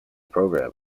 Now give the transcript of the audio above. program